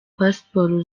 passports